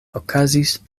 okazis